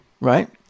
right